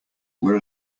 were